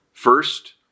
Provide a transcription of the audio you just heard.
First